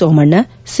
Somanna C